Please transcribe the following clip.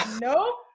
no